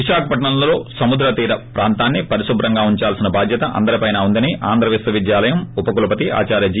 విశాఖపట్నంలో సముద్ర తీరప్రాంతాన్ని పరిశుభ్రంగా ఉందాల్సిన బాధ్యత అందరిపైన ఉందని ఆంధ్ర యూనివర్పిటి ఉప కులపతి ఆదార్య జి